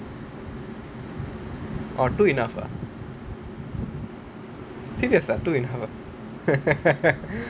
orh two enough ah serious ah two enough ah